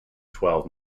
twelve